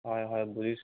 হয় হয় বুজিছোঁ